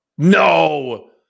No